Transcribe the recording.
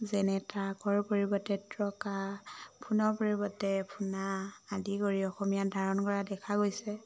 যেনে ট্ৰাকৰ পৰিৱৰ্তে ট্ৰকা ফোনৰ পৰিৱৰ্তে ফুনা আদি কৰি অসমীয়াত ধাৰণ কৰা দেখা গৈছে